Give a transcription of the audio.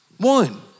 One